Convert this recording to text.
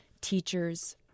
teachers